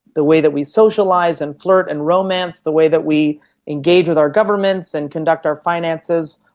the way that we socialise and flirt and romance, the way that we engage with our governments and conduct our finances,